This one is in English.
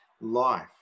life